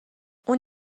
اون